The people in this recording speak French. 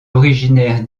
originaire